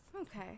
Okay